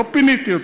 לא פיניתי אותם.